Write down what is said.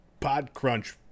Podcrunch